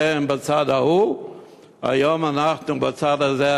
היום אתם בצד ההוא ואנחנו בצד הזה,